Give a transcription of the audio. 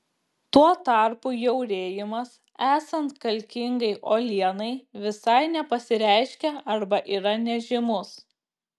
tuo tarpu jaurėjimas esant kalkingai uolienai visai nepasireiškia arba yra nežymus